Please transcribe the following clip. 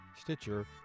Stitcher